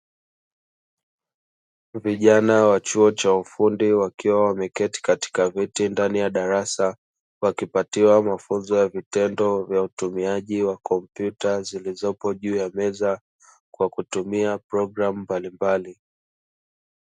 Vijana wa chuo cha ufundi wakiwa wameketi katika viti ndani ya darasa, wakipatiwa mafunzo ya vitendo vya utumiaji wa kompyuta zilizopo juu ya meza, kwa kutumia programu mbalimbali.